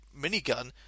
minigun